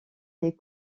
les